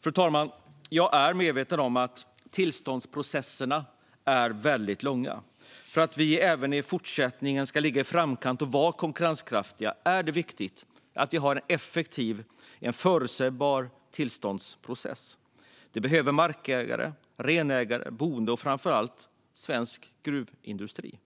Fru talman! Jag är medveten om att tillståndsprocesserna är väldigt långa. För att vi även i fortsättningen ska ligga i framkant och vara konkurrenskraftiga är det viktigt att vi har en effektiv och förutsägbar tillståndsprocess. Det behöver markägare, renägare, boende och - framför allt - svensk gruvindustri.